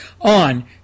on